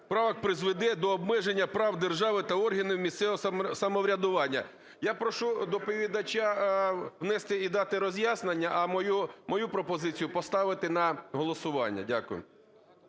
правок призведе до обмеження прав держави та органів місцевого самоврядування. Я прошу доповідача внести і дати роз'яснення, а мою пропозицію поставити на голосування. Дякую.